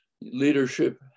leadership